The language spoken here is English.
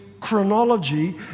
chronology